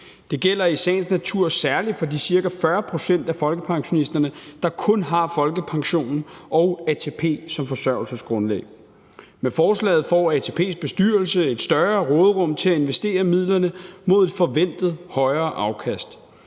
Det gælder i sagens natur særlig for de ca. 40 pct. af folkepensionisterne, der kun har folkepensionen og ATP som forsørgelsesgrundlag. Med forslaget får ATP's bestyrelse et større råderum til at investere midlerne mod et forventet højere afkast.